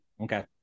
Okay